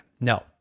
No